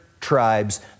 tribes